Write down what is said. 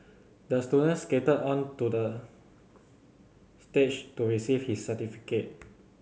the student skated onto the stage to receive his certificate